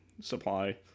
supply